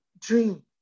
dream